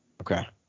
Okay